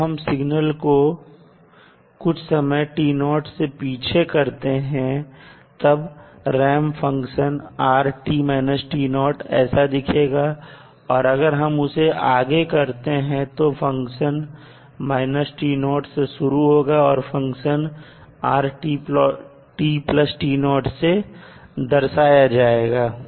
जब हम सिग्नल को कुछ समय से पीछे करते हैं तब रैंप फंक्शन ऐसा दिखेगा और अगर हम उसे आगे करते हैं तो फंक्शन से शुरू होगा और फंक्शन से दर्शाया जाएगा